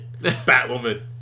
Batwoman